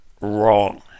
wrong